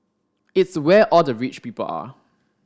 it's where all the rich people are